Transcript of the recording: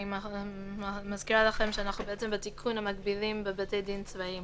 אני מזכירה שאנחנו בתיקון מגבילים בבתי דין צבאיים